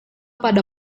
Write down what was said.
pada